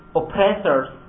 oppressors